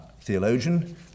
theologian